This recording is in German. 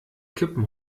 kippen